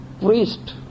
priest